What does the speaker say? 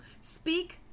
speak